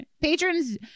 Patrons